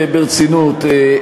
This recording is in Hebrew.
ברצינות,